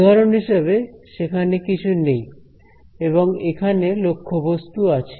উদাহরণ হিসাবে সেখানে কিছু নেই এবং এখানে লক্ষ্যবস্তু আছে